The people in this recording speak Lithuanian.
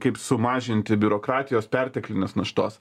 kaip sumažinti biurokratijos perteklinės naštos